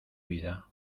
vida